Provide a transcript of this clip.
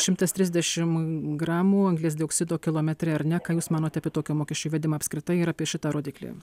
šimtas trisdešim gramų anglies dioksido kilometre ar ne ką jūs manot apie tokio mokesčio įvedimą apskritai ir apie šitą rodiklį